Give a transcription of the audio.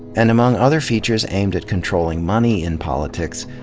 and among other features aimed at controlling money in politics,